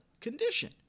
condition